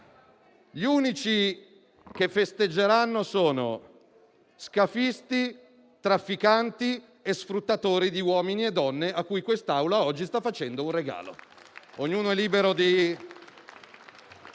Gli unici che festeggeranno sono scafisti, trafficanti e sfruttatori di uomini e donne a cui questa Assemblea oggi sta facendo un regalo.